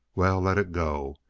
well, let it go.